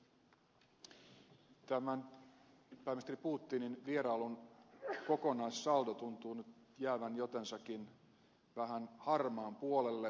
tämän pääministeri putinin vierailun kokonaissaldo tuntuu nyt jäävän jotensakin vähän harmaan puolelle